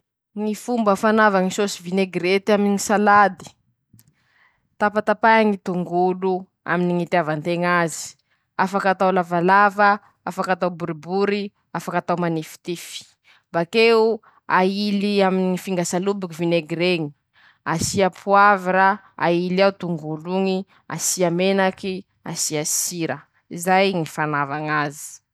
Ñy fanava ñy sôsy vinegrety: -Atao aminy ñy salady, afaky atao aminy ñy itivan-teña azy, afaky ataon-teña somary madirodiro, afaky ataon-teña somary mamimamy, ñy fanava ñazy :tampatampahy ñy tongolo aminy ñy fitiavan-teña ñazy, afaky atao lavalava, boribory, manifitify, bakeo aily vinegr'eñy añatiny finga saloboky, asia poavra, sira, menaky ;ajobo ao tongolo oñy enga ho masaky.